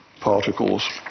particles